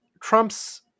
Trump's